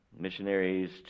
missionaries